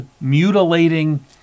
mutilating